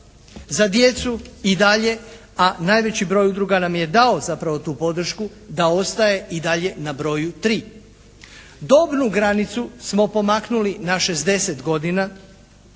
Za djecu i dalje, a najveći broj udruga nam je dao zapravo tu podršku da ostaje i dalje na broju tri. Dobnu granicu smo pomaknuli na 60 godina,